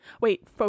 Wait